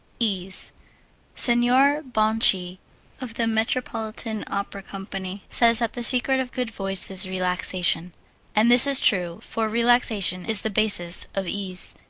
ease signor bonci of the metropolitan opera company says that the secret of good voice is relaxation and this is true, for relaxation is the basis of ease.